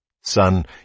Son